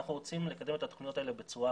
אנחנו רוצים לקדם את התוכניות האלה בצורה